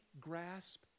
grasp